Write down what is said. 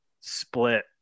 split